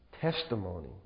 Testimony